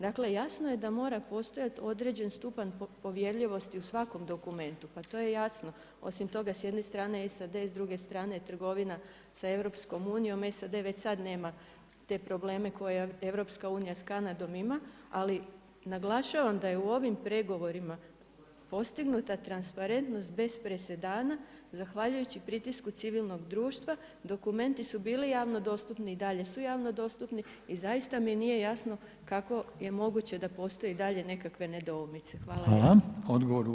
Dakle jasno je da mora postojati određeni stupanj povjerljivosti u svakom dokumentu, pa to je jasno, osim toga s jedne strane SAD, s druge strane trgovina sa EU-om, SAD već sad nema te probleme koje EU sa Kanadom ima, ali naglašavam da je u ovim pregovorima postignuta transparentnost bez presedana zahvaljujući pritisku civilnog društva, dokumenti su bili javno dostupni i dalje su javno dostupni i zaista mi nije jasno kako je moguće da postoje i dalje nekakve nedoumice.